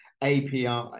API